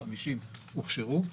350 הוכשרו.